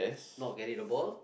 not getting the ball